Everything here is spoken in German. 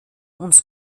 uns